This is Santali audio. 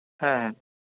ᱦᱮᱸ